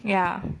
ya